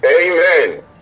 amen